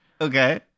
Okay